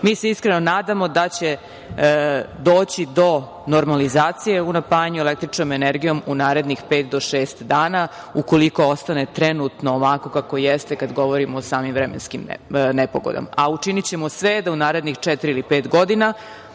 se iskreno nadamo da će doći do normalizacije u napajanju električnom energijom u narednih pet do šest dana ukoliko ostane trenutno ovako kako jeste kada govorimo o samim vremenskim nepogodama, a učinićemo sve da u narednih četiri ili pet godina,